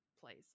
place